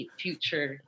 future